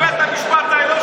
בית המשפט העליון,